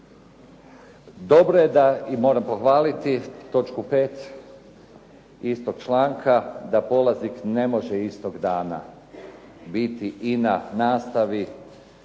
Dobro je da i moram pohvaliti točku 5. istog članka da polaznik ne može istog dana biti i na nastavi